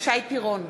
שי פירון,